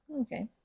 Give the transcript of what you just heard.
Okay